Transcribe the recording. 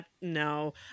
no